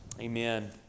Amen